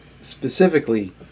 specifically